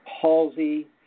palsy